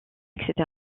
etc